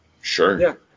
sure